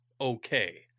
okay